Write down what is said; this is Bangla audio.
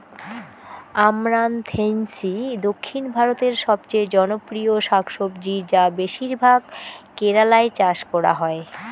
আমরান্থেইসি দক্ষিণ ভারতের সবচেয়ে জনপ্রিয় শাকসবজি যা বেশিরভাগ কেরালায় চাষ করা হয়